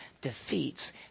defeats